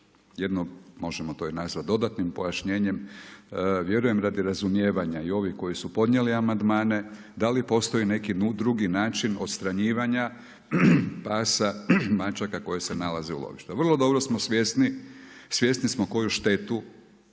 jedno možemo to i nazvati dodatnim pojašnjenjem. Vjerujem radi razumijevanja i ovi koji su podnijeli amandmane da li postoji neki drugi način odstranjivanja pasa, mačaka koji se nalaze u lovištu. Vrlo dobro smo svjesni, svjesni smo koju štetu